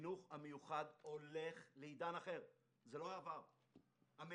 החינוך המיוחד הולך לעידן אחר המגמות,